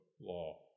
law